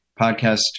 podcast